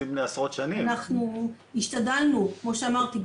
אנחנו השתדלנו כמו שאמרתי,